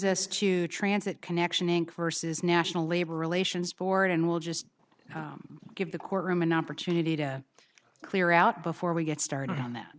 the transit connection verses national labor relations board and we'll just give the courtroom an opportunity to clear out before we get started on that